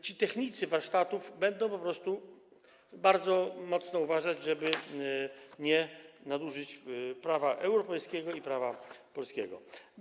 Ci technicy warsztatów będą po prostu bardzo mocno uważać, żeby nie nadużyć prawa europejskiego i prawa polskiego.